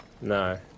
No